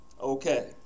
okay